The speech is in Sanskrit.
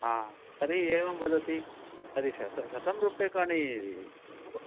तर्हि एवं वदति तर्हि शत शतंरूप्यकाणि ब